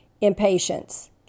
impatience